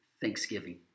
thanksgiving